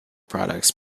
products